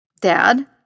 Dad